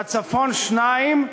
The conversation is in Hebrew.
בצפון שניים,